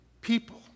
people